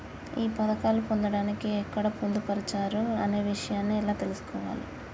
ఈ పథకాలు పొందడానికి ఎక్కడ పొందుపరిచారు అనే విషయాన్ని ఎలా తెలుసుకోవాలి?